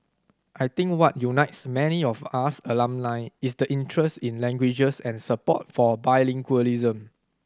I think what unites many of us alumni is the interest in languages and support for bilingualism